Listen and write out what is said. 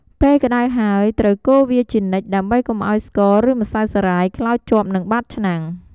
ពេលក្ដៅហើយត្រូវកូរវាជានិច្ចដើម្បីកុំឱ្យស្ករ ឬម្សៅសារាយខ្លោចជាប់នៅបាតឆ្នាំង។